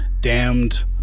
damned